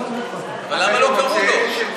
אבל למה לא קראו לו?